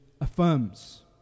affirms